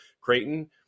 Creighton